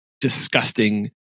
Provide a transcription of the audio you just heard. disgusting